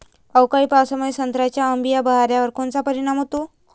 अवकाळी पावसामुळे संत्र्याच्या अंबीया बहारावर कोनचा परिणाम होतो?